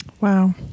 Wow